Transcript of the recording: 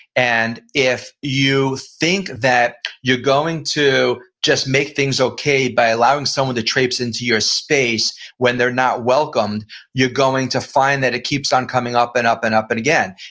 and if you think that you're going to just make things okay by allowing someone to traps into your space when they're not welcomed you're going to find that it keeps on coming up, and up, and up but again.